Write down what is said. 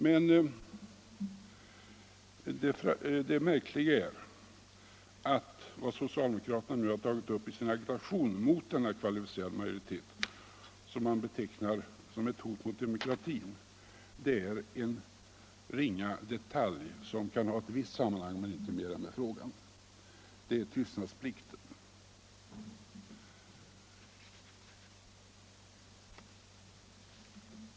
Men det märkliga är att vad socialdemokraterna nu har tagit upp i sin agitation mot denna kvalificerade majoritet, som man betecknar som ett hot mot demokratin, är en ringa detalj som bara kan ha ett visst sammanhang med denna fråga, inte mer. Det är tystnadsplikten.